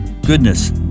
Goodness